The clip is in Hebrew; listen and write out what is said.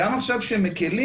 גם עכשיו שמקלים,